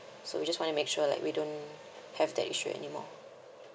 so we just want to make sure that we don't have that issue anymore